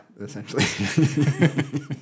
essentially